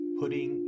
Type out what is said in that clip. putting